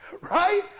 Right